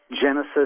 genesis